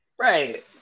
Right